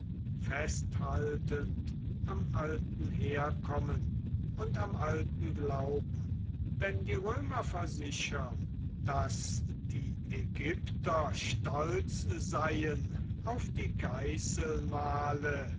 festhaltend am alten herkommen und am alten glauben wenn die römer versichern daß die ägypter stolz seien auf die